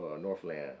Northland